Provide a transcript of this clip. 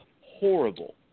horrible